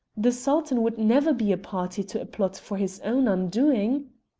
the sultan would never be a party to a plot for his own undoing.